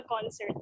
concert